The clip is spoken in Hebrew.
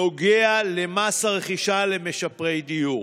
נוגע למס רכישה למשפרי דיור.